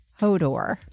Hodor